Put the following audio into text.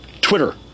Twitter